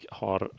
har